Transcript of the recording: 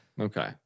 Okay